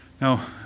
Now